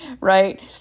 right